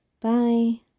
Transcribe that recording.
Bye